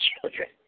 children